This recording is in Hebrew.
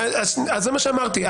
זה מה שאמרתי.